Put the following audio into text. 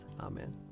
Amen